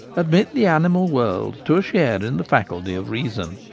admit the animal world to a share in the faculty of reason.